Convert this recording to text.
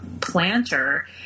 planter